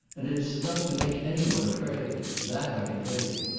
and it is enough to make any one afraid! that i can tell you.